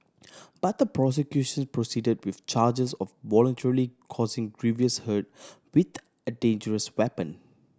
but the prosecution proceeded with charges of voluntarily causing grievous hurt with a dangerous weapon